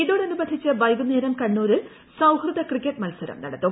ഇതോടനുബന്ധിച്ച് വൈകുന്നേരം കണ്ണൂരിൽ സൌഹൃദ ക്രിക്കറ്റ് മത്സരം നടത്തും